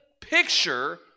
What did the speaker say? picture